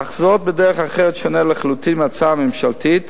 אך בדרך אחרת, שונה לחלוטין מההצעה הממשלתית